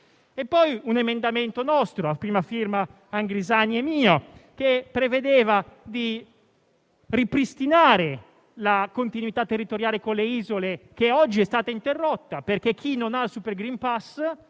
un nostro emendamento, a prima firma della collega Angrisani e mia, che prevedeva di ripristinare la continuità territoriale con le isole, che oggi è stata interrotta perché chi non ha il super *green pass*,